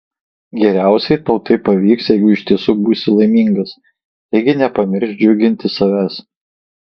geriausiai tau tai pavyks jeigu iš tiesų būsi laimingas taigi nepamiršk džiuginti savęs